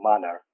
manner